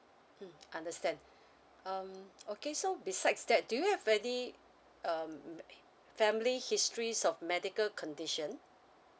mm understand um okay so besides that do you have any um family histories of medical condition